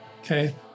Okay